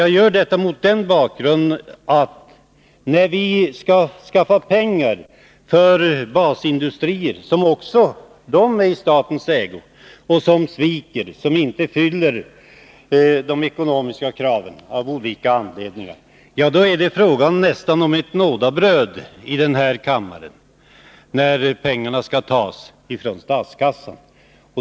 Jag säger detta mot den bakgrunden, att när vi skall skaffa pengar till basindustrier, som också är i statens ägo och som sviker och inte fyller de ekonomiska kraven av olika anledningar, är det i denna kammare nästan fråga om nådebröd när pengarna skall tas från statskassan.